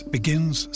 Begins